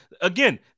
Again